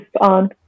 on